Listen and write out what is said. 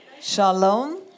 Shalom